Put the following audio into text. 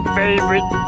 favorite